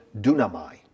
dunamai